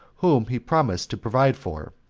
whom he promised to provide for,